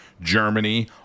Germany